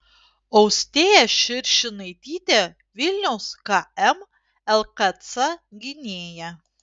austėja širšinaitytė vilniaus km lkc gynėja